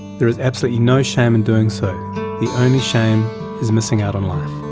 there is absolutely no shame in doing so the only shame is missing out on life.